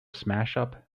smashup